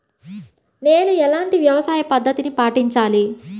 నేను ఎలాంటి వ్యవసాయ పద్ధతిని పాటించాలి?